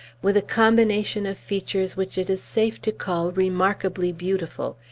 with a combination of features which it is safe to call remarkably beautiful,